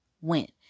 went